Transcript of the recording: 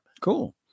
Cool